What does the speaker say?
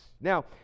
Now